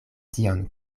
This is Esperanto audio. tion